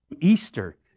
easter